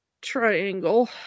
triangle